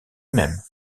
même